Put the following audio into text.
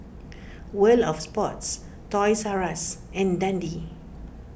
World of Sports Toys R Us and Dundee